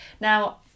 Now